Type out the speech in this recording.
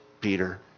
Peter